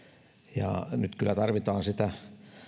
nyt kyllä tarvitaan sitä